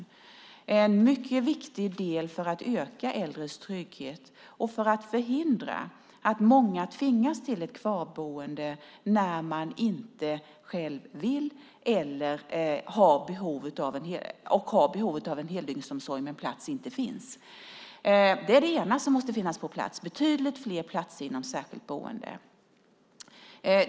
Det är en mycket viktig del för att öka äldres trygghet och förhindra att många tvingas till ett kvarboende när man inte själv vill och har behov av en heldygnsomsorg men plats inte finns. Det ena som måste finnas på plats är betydligt fler platser inom särskilt boende.